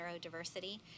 neurodiversity